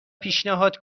پیشنهاد